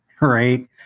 right